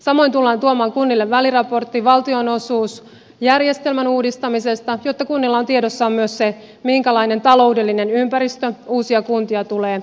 samoin tullaan tuomaan kunnille väliraportti valtionosuusjärjestelmän uudistamisesta jotta kunnilla on tiedossaan myös se minkälainen taloudellinen ympäristö uusia kuntia tulee odottamaan